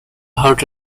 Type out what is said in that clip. heart